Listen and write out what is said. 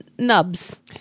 nubs